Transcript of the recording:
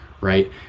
right